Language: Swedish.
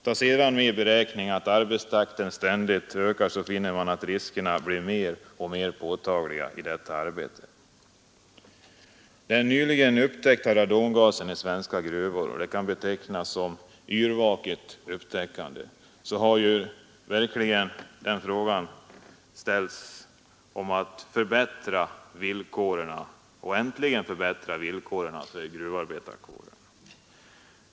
Tag sedan med i beräkningen att arbetstakten ständigt ökar, så finner man att riskerna i detta arbete blir mer och mer påtagliga. Radongasen upptäcktes nyligen i svenska gruvor — den upptäckten kan betecknas som ett yrvaket uppvaknande — och det har föranlett frågan, om det inte nu är dags att äntligen förbättra villkoren för gruvarbetarkåren.